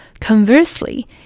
Conversely